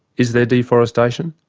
is there deforestation?